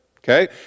Okay